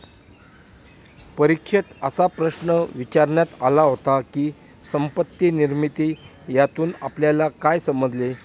परीक्षेत असा प्रश्न विचारण्यात आला होता की, संपत्ती निर्मिती यातून आपल्याला काय समजले?